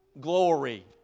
glory